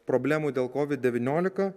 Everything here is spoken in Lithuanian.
problemų dėl covid devyniolika